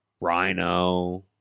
Rhino